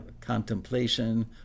contemplation